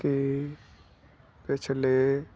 ਕੀ ਪਿਛਲੇ